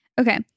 Okay